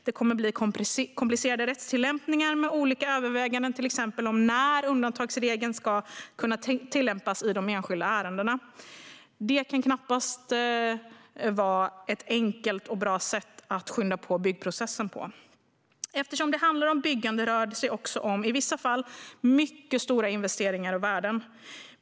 Det kommer att bli en komplicerad rättstillämpning med olika överväganden, till exempel om när undantagsregeln ska tillämpas i de enskilda ärendena. Det skyndar knappast på byggprocessen. Eftersom det handlar om byggande rör det sig också i vissa fall om mycket stora investeringar och värden.